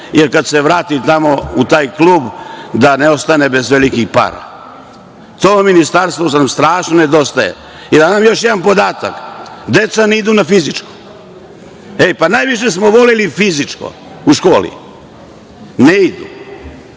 jer kada se vrati tamo u taj klub, da ne ostane bez velikih para. To ministarstvo nam strašno nedostaje. Da vam dam još jedan podatak, deca ne idu na fizičko. Hej, pa najviše smo voleli fizičko u školi, ne idu.